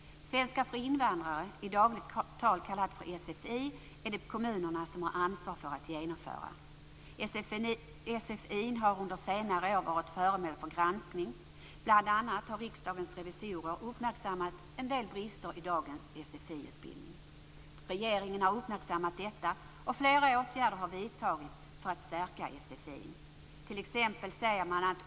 Ansvaret för genomförandet av svenska för invandrare, i dagligt tal kallat sfi, ligger på kommunerna. Sfi:n har under senare år varit föremål för granskning. Bl.a. har Riksdagens revisorer uppmärksammat en del brister i dagens sfi-utbildning. Regeringen har uppmärksammat detta, och flera åtgärder har vidtagits för att stärka sfi:n.